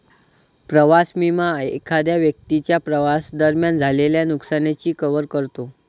प्रवास विमा एखाद्या व्यक्तीच्या प्रवासादरम्यान झालेल्या नुकसानाची कव्हर करतो